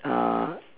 uh